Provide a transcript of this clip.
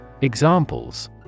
Examples